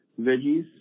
veggies